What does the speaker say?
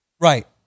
Right